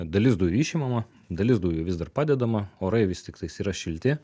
dalis dujų išimama dalis dujų vis dar padedama orai vis tiktais yra šilti